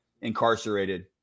incarcerated